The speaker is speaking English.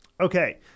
Okay